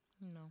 No